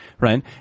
Right